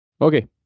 Okay